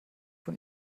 von